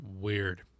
weird